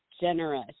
generous